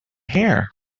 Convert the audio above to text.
hair